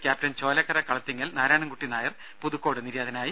captain Cholakkara Kalathingal Narayanankutty Nair Puthukkode നിര്യാതനായി